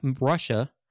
Russia